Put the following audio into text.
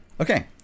Okay